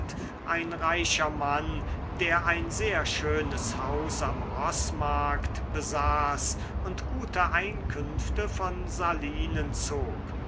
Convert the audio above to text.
ein reicher mann der ein sehr schönes haus am roßmarkt besaß und gute einkünfte von salinen zog